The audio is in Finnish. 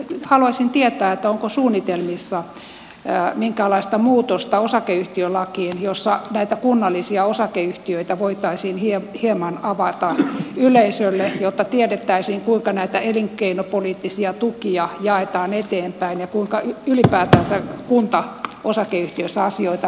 haluaisin tietää onko osakeyhtiölakiin suunnitelmissa minkäänlaista muutosta jossa näitä kunnallisia osakeyhtiöitä voitaisiin hieman avata yleisölle jotta tiedettäisiin kuinka näitä elinkeinopoliittisia tukia jaetaan eteenpäin ja kuinka ylipäätänsä kuntaosakeyhtiöissä asioita hoidetaan